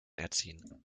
erziehen